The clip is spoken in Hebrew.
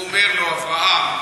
הוא אומר לו: אברהם,